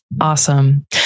Awesome